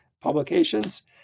publications